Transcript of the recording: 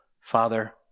Father